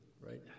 right